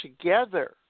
together